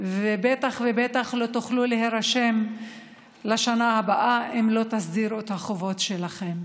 ובטח ובטח לא תוכלו להירשם לשנה הבאה אם לא תסדירו את החובות שלכם,